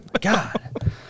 God